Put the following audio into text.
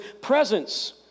presence